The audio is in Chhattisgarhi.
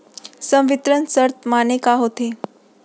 संवितरण शर्त माने का होथे?